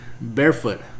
barefoot